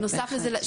בנוסף לזה,